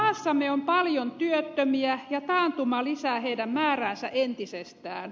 maassamme on paljon työttömiä ja taantuma lisää heidän määräänsä entisestään